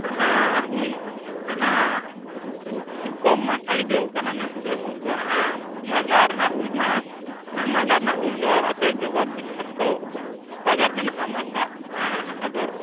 ᱦᱮᱸ ᱩᱞ ᱦᱮᱸ ᱠᱚᱢ ᱢᱟᱪᱷᱟ ᱜᱮ ᱡᱚ ᱟᱠᱟᱱᱟ ᱱᱮᱥ ᱫᱚ ᱩᱞ ᱫᱚ ᱦᱮᱸᱵᱟᱝ ᱢᱟᱞᱫᱟ ᱨᱮᱱᱟᱜ ᱩᱞ ᱢᱟ ᱢᱟᱞᱫᱟ ᱨᱮᱱᱟᱜ ᱩᱞ ᱫᱚ ᱟᱯᱮ ᱡᱚᱜᱚᱛ ᱵᱤᱠᱷᱟᱛᱚ ᱵᱟᱡᱟᱨ ᱢᱮᱱᱟᱜᱼᱟ ᱢᱟᱞᱫᱟ ᱦᱮᱸ ᱟᱫᱚ